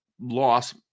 loss